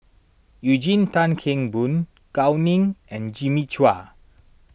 Eugene Tan Kheng Boon Gao Ning and Jimmy Chua